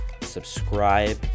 subscribe